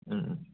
ꯎꯝ ꯎꯝ